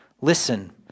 Listen